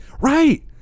right